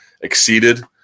exceeded